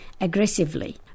aggressively